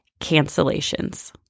cancellations